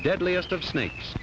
deadliest of snakes